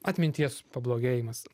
atminties pablogėjimas